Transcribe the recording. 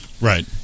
Right